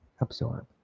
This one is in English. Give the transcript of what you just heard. absorb